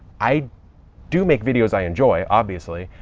i do make videos i enjoy obviously,